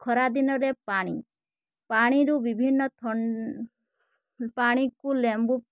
ଖରା ଦିନରେ ପାଣି ପାଣିରୁ ବିଭିନ୍ନ ପାଣିକୁ ଲେମ୍ବୁ